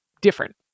different